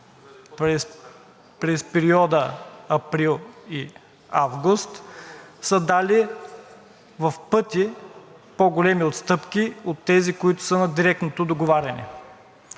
през периода април и август са дали в пъти по-големи отстъпки от тези, които са на директното договаряне.